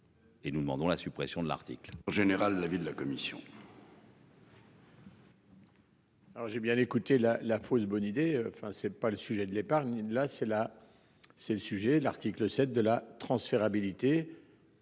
Et nous demandons la suppression de l'Arctique.